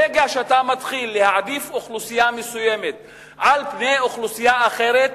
ברגע שאתה מתחיל להעדיף אוכלוסייה מסוימת על פני אוכלוסייה אחרת,